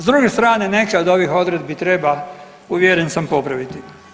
S druge strane neke od ovih odredbi treba uvjeren sam popraviti.